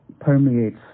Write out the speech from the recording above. permeates